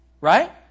right